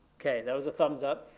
okay, that was a thumbs up.